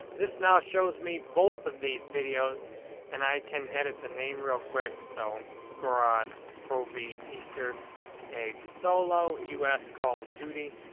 this now shows me both of these videos and i can edit the name real quick so gorod krovi easter egg solo us call of duty.